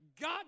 God